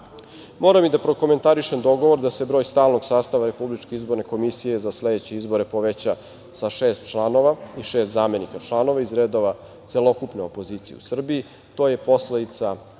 i da prokomentarišem dogovor da se broj stalnog sastava RIK za sledeće izbore poveća sa šest članova i šest zamenika članova iz redova celokupne opozicije u Srbiji. To je posledica